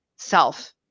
self